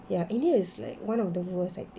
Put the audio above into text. ya india is like one of the worst I think